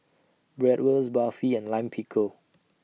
Bratwurst Barfi and Lime Pickle